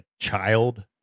child